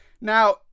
Now